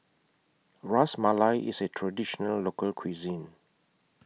Ras Malai IS A Traditional Local Cuisine